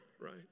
Right